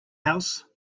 house